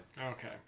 Okay